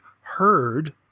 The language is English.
heard